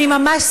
אני ממש,